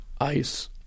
ice